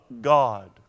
God